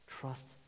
Trust